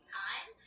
time